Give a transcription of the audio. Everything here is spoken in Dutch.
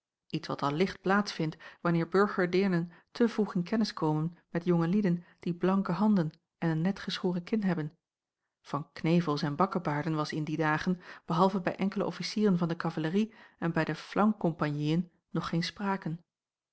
iets wat al licht plaats vindt wanneer burgerdeernen te vroeg in kennis komen met jonge lieden die blanke handen en een net geschoren kin hebben van knevels en bakkebaarden was in die dagen behalve bij enkele officieren van de kavallerie en bij de flankkompagniën nog geen sprake